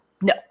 No